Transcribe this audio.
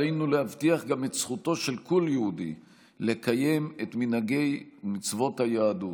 עלינו להבטיח גם את זכותו של כל יהודי לקיים את מנהגי מצוות היהדות.